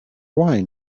wine